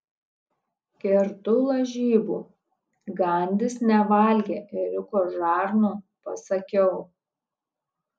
kertu lažybų gandis nevalgė ėriuko žarnų pasakiau